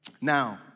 Now